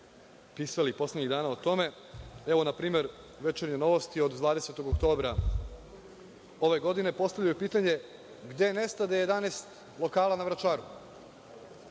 pisali poslednjih dana o tome. Evo na primer, „Večernje novosti“ od 20. oktobra ove godine, postavljaju pitanje – gde nestade 11 lokala na Vračaru?